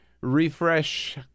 refresh